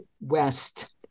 west